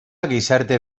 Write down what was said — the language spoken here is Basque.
gizarte